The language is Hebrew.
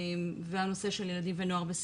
וזה הנושא של ילדים ונוער בסיכון.